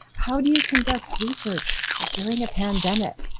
how do you conduct research during a pandemic?